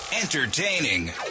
entertaining